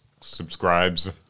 subscribes